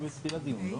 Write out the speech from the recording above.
אושר.